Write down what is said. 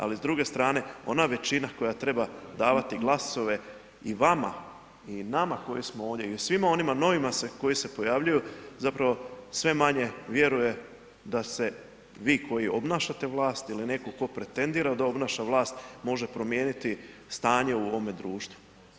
Ali s druge strane ona većina koja treba davati glasove i vama i nama koji smo ovdje i svima onima novima koji se pojavljuju, zapravo sve manje vjeruje da se vi koji obnašate vlast ili netko tko pretendira da obnaša vlast može promijeniti stanje u ovome društvu.